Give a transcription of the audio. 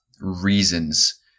reasons